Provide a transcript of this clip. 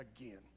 again